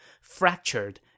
fractured